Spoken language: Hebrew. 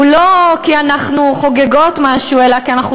הוא לא כי אנחנו חוגגות משהו אלא כי אנחנו